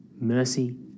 mercy